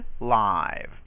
live